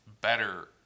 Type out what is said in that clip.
better